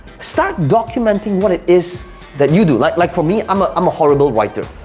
start documenting what it is that you do. like like for me, i'm ah um a horrible writer,